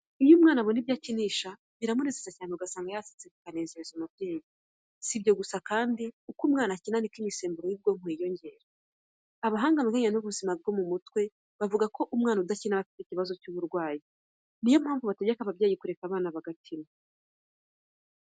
Iyo umwana abona ibyo akinisha biramunezeza cyane ugasanga yasetse bikanezeza umubyeyi. Si ibyo gusa kandi uko umwana akina ni ko imisemburo y'ubwonko yiyongera. Abahanga mu bijyanye n'ubuzima bwo mu mutwe bavuga ko umwana udakina aba afite ikibazo cy'uburwayi. Ni yo mpamvu bategeka ababyeyi kureka abana bagakina.